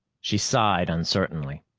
she sighed uncertainly.